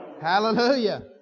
Hallelujah